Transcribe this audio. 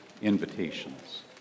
invitations